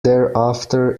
thereafter